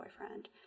boyfriend